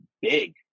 big